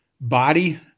body